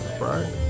Right